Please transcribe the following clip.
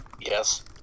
Yes